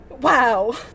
wow